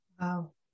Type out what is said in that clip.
Wow